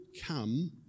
come